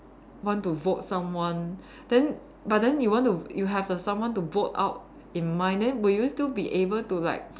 want to vote someone then but then you want to you have a someone to vote out in mind then will you still be able to like